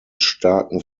starken